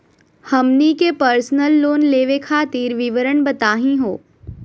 हमनी के personal loan लेवे खातीर विवरण बताही हो?